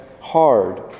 hard